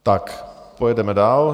Tak pojedeme dál.